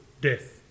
death